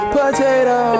potato